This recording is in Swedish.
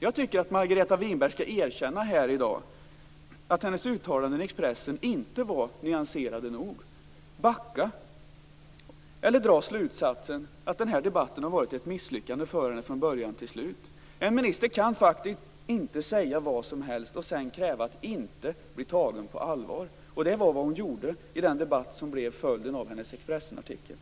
Jag tycker att Margareta Winberg här i dag skall erkänna att hennes uttalanden i Expressen inte var nyanserade nog. Backa, eller dra slutsatsen att den här debatten har varit ett misslyckande från början till slut! En minister kan faktiskt inte säga vad som helst och sedan kräva att inte bli tagen på allvar. Det var det hon gjorde i den debatt som blev följden av hennes artikel i Expressen.